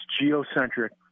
geocentric